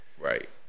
Right